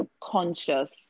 conscious